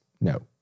no